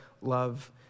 love